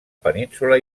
península